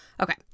Okay